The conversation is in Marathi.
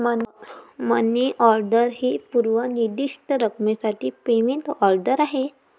मनी ऑर्डर ही पूर्व निर्दिष्ट रकमेसाठी पेमेंट ऑर्डर आहे